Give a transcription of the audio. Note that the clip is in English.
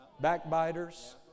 Backbiters